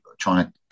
trying